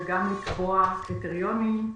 וגם לקבוע קריטריונים,